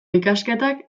ikasketak